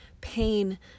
pain